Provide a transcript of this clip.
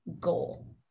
goal